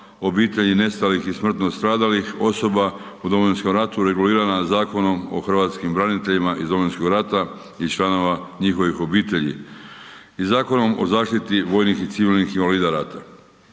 obitelji nestalih i smrtno stradalih osoba u Domovinskom ratu regulirana Zakonom o hrvatskim braniteljima iz Domovinskog rata i članova njihovih obitelji i Zakonom o zaštiti vojnih i civilnih invalida rata.